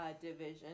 division